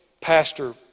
Pastor